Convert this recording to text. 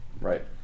right